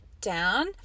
down